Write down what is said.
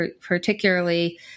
particularly